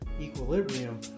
equilibrium